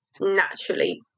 naturally